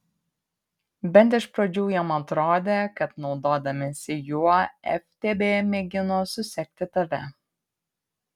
bent iš pradžių jam atrodė kad naudodamiesi juo ftb mėgino susekti tave